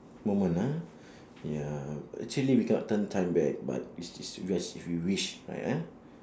moment ah ya actually we cannot turn time back but it's this because if we wish right ah